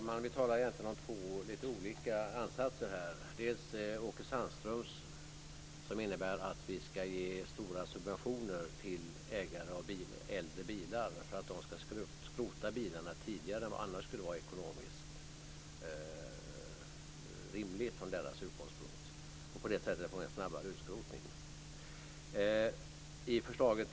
Fru talman! Vi talar om två olika ansatser. Åke Sandströms innebär att vi ska ge stora subventioner till ägare av äldre bilar för att de ska skrota bilarna tidigare än vad som annars skulle vara ekonomiskt rimligt från deras utgångspunkt. Vi skulle på det sättet få en snabbare utskrotning.